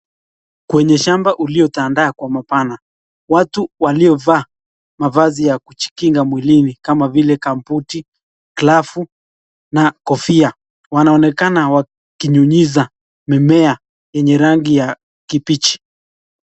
Kwenye shamba ulitandaa kwa mapana, watu waliovaa mavazi ya kujikinga mwilini kama vile kambuti, glavu na kofia, wanaonekana wakinyunyiza mimea yenye rangi ya kibichi.